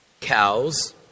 cows